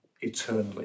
eternally